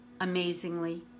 amazingly